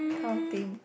kind of thing